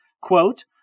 quote